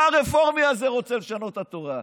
בא הרפורמי הזה, רוצה לשנות את התורה.